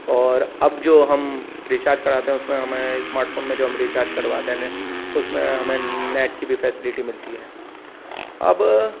اور اب جو ہم ریچارج کراتے ہیں اس میں ہمیں اسمارٹ فون میں جو ہم ریچارج کرواتے ہیں نے اس میں ہمیں نیٹ کی بھی فیسلٹی ملتی ہے اب